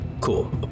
cool